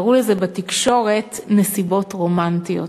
קראו לזה בתקשורת "נסיבות רומנטיות".